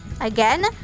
Again